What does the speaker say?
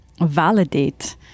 validate